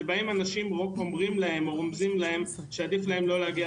שבהם אנשים רומזים להם שעדיף להם לא להגיע